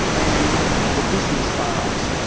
and the business fails.